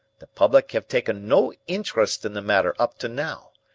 the public have taken no interest in the matter up to now,